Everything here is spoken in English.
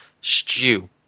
stew